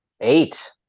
eight